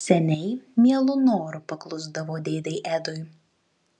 seniai mielu noru paklusdavo dėdei edui